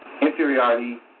inferiority